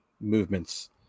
movements